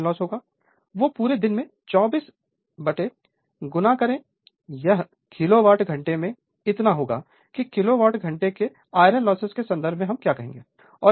जो भी iron loss होगा वह पूरे दिन में 24 गुणा करें यह किलोवाट घंटे में इतना होगा कि किलोवाट घंटे के आयरन लॉस के संदर्भ में हम क्या कहेंगे